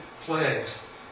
plagues